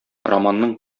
романның